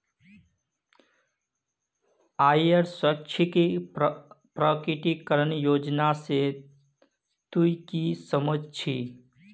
आइर स्वैच्छिक प्रकटीकरण योजना से तू की समझ छि